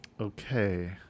Okay